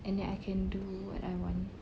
and then I can do what I want